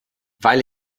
weil